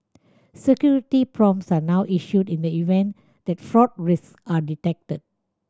security prompts are now issued in the event that fraud risks are detected